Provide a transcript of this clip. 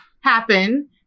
happen